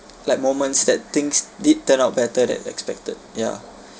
like moments that things did turn out better than expected ya